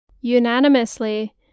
unanimously